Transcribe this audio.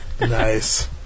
Nice